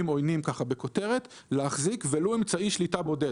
עוינים - להחזיק ולו אמצעי שליטה בודד,